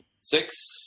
Six